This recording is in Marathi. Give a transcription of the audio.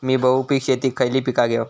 मी बहुपिक शेतीत खयली पीका घेव?